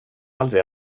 aldrig